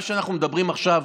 מה שאנחנו מדברים עכשיו,